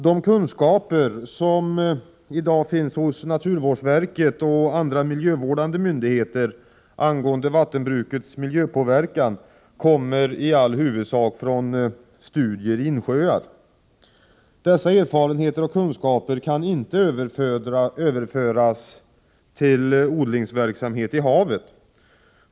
De kunskaper som i dag finns hos naturvårdsverket och andra miljövårdande myndigheter angående vattenbrukets miljöpåverkan kommer i all huvudsak från studier i insjöar. Dessa erfarenheter och kunskaper kan inte överföras till att gälla odlingsverksamhet i havet.